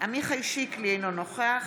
עמיחי שיקלי, אינו נוכח